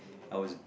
I was